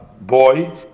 boy